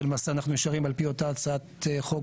ולמעשה אנחנו נשארים על פי אותה הצעת חוק